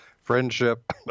friendship